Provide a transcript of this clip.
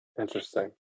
Interesting